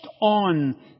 on